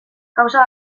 kausa